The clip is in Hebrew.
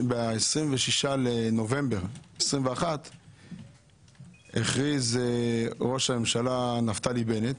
ב-26 בנובמבר 2021 הכריז ראש הממשלה, נפתלי בנט,